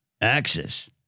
axis